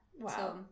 Wow